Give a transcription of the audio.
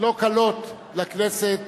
לא קלות לכנסת